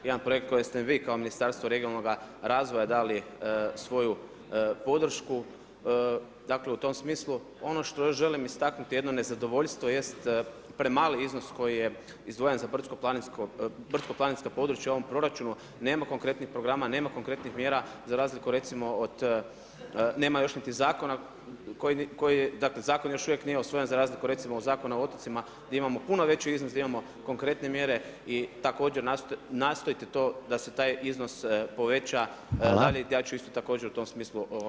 Jedan projekt kojeg ste mi kao Ministarstvo regionalnoga razvoja dali svoju podršku, dakle u tom smislu ono što ja želim istaknuti jedno nezadovoljstvo jest premali iznos koji je izdvojen za brdsko-planinska područja u ovom proračunu nema konkretnih programa nema konkretnih mjera, za razliku recimo od, nema još niti zakona, dakle zakon još uvijek nije usvojen za razliku od recimo Zakona o otocima di imamo puno veći iznos, di imamo konkretne mjere i također nastojte to da se taj iznos poveća radit, ja ću isto također, u tom smislu uložiti amandmane.